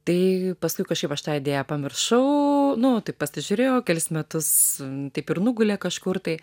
tai paskui kažkaip aš tą idėją pamiršau nu taip pasižiūrėjau kelis metus taip ir nugulė kažkur tai